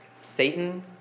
Satan